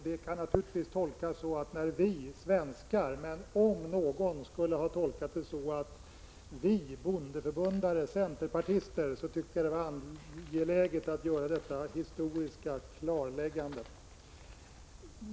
Detta kan naturligtvis tolkas som vi svenskar, men om någon skulle ha tolkat det som ''vi bondeförbundare'' eller ''vi centerpartister'' är det angeläget att göra detta historiska klarläggande.